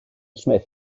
smith